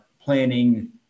planning